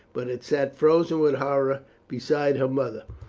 but had sat frozen with horror beside her mother.